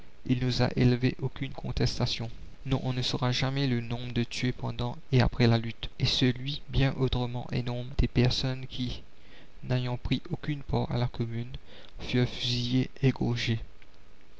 il n'osa élever aucune contestation non on ne saura jamais le nombre de tués pendant et après la lutte et celui bien autrement énorme des la commune personnes qui n'avant pris aucune part à la commune